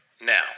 now